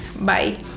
Bye